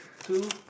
two